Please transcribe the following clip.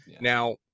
now